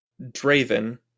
Draven